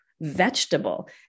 vegetable